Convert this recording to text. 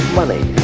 money